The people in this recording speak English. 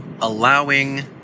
allowing